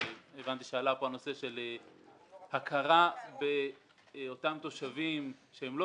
הבנתי שעלה כאן הנושא של הכרה באותם תושבים שהם לא